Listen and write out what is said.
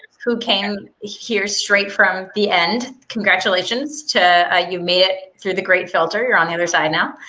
who came here straight from the end, congratulations to ah you made it through the great filter, you're on the other side now.